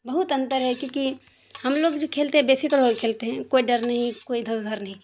بہت انتر ہے کیوں کہ ہم لوگ جو کھیلتے بے فکر ہو کے کھیلتے ہیں کوئی ڈر نہیں کوئی ادھر ادھر نہیں